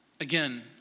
again